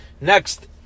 Next